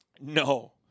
No